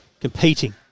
competing